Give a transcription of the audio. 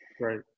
right